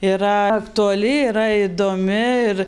yra aktuali yra įdomi ir